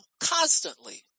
constantly